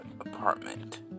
apartment